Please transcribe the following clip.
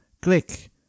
click